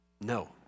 No